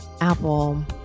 Apple